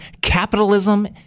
capitalism